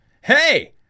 Hey